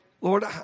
Lord